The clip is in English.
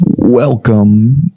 Welcome